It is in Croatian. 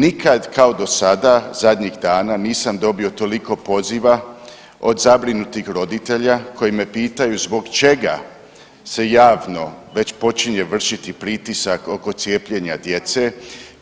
Nikad kao do sada zadnjih dana nisam dobio toliko poziva od zabrinutih roditelja koji me pitaju zbog čega se javno već počinje vršiti pritisak oko cijepljenja djece